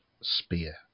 spear